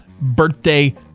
birthday